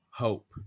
hope